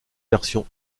versions